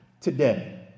today